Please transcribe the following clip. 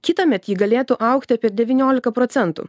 kitąmet ji galėtų augti apie devyniolika procentų